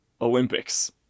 Olympics